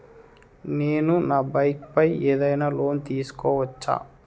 నేను నా బైక్ పై ఏదైనా లోన్ తీసుకోవచ్చా?